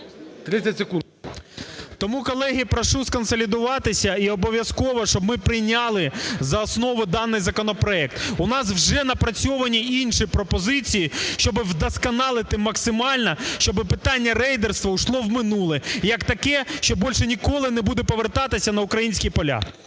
Тому, колеги, прошу сконсолідуватися і обов'язково, щоб ми прийняли за основу даний законопроект. У нас вже напрацьовані інші пропозиції, щоби вдосконалити максимально, щоби питання рейдерства пішло в минуле і як таке, що більше ніколи не буде повертатися на українські поля.